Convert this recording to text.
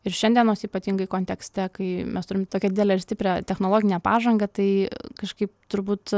ir šiandienos ypatingai kontekste kai mes turim tokią didelę ir stiprią technologinę pažangą tai kažkaip turbūt